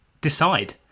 Decide